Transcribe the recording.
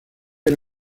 era